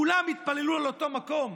כולם התפללו לאותו מקום.